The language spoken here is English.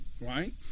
right